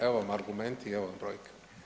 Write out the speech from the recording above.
Evo vam argumenti i evo vam brojke.